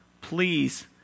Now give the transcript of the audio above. please